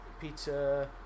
Peter